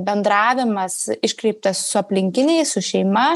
bendravimas iškreiptas su aplinkiniais su šeima